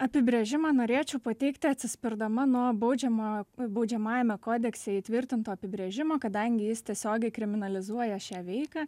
apibrėžimą norėčiau pateikti atsispirdama nuo baudžiamojo baudžiamajame kodekse įtvirtintų apibrėžimų kadangi jis tiesiogiai kriminalizuoja šią veiką